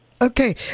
Okay